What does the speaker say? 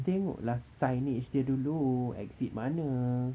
tengok lah signage dia dulu exit mana